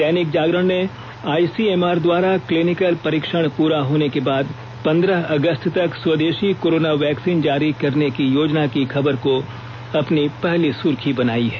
दैनिक जागरण ने I C M R द्वारा clinical परीक्षण पूरा होने के बाद पंद्रह अगस्त तक स्वदेषी कोरोना वैक्सिन जारी करने की योजना की खबर को अपनी पहली सुर्खी बनाई है